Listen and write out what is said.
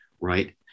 Right